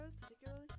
particularly